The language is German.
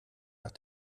nach